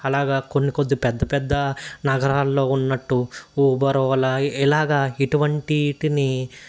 అలాగా కొన్ని కొద్ది పెద్ద పెద్ద నగరాల్లో ఉన్నట్టు ఊబోర్ ఓలా ఇలాగా ఇటువంటి వీటిని